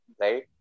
right